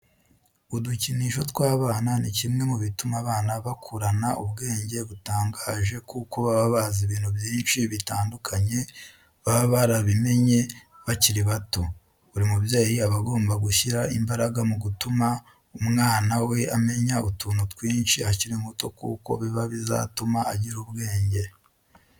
Udukinisho tw'abana ni kimwe mubituma abana bakurana ubwenge butangaje kuko baba bazi ibintu byinshi bitandukanye baba barabimenye bakiri bato. Buri mubyeyi aba agomba gushyira imbaraga mu gutumwa umwana we amenya utuntu twinshi akiri muto kuko biba bizatuma agira ubwenge.